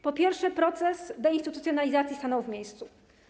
Po pierwsze, proces deinstytucjonalizacji stanął w miejscu.